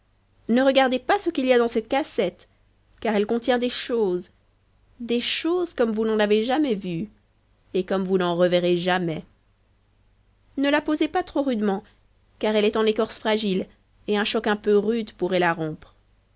ne regardez pas ce qu'il y a dans cette cassette car elle contient des choses des choses comme vous n'en avez jamais vues et comme vous n'en reverrez jamais ne la posez pas trop rudement car elle est en écorce fragile et un choc un peu rude pourrait la rompre